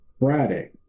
Friday